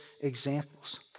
examples